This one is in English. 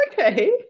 okay